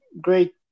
great